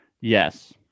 Yes